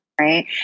Right